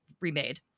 remade